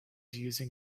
using